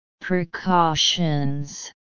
Precautions